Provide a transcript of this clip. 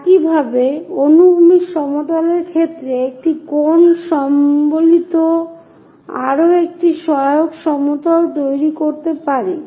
একইভাবে অনুভূমিক সমতলের ক্ষেত্রে একটি কোণ সম্বলিত আরও একটি সহায়ক সমতল তৈরি করতে পারে